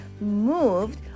moved